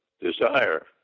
desire